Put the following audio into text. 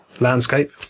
landscape